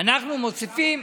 אנחנו מוסיפים,